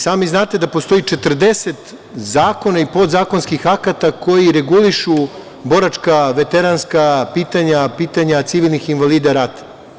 Sami znate da postoji 40 zakona i podzakonskih akata koji regulišu boračka, veteranska pitanja, pitanja civilnih invalida rata.